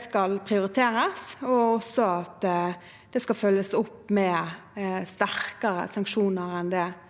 skal prioriteres, og at det skal følges opp med sterkere sanksjoner enn tidligere.